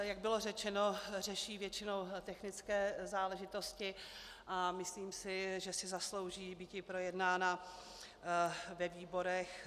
Jak bylo řečeno, řeší většinou technické záležitosti a myslím si, že si zaslouží být projednána ve výborech.